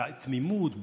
תמימות,